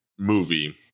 movie